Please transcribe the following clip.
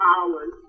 hours